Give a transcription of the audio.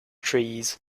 trees